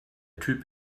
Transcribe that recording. typ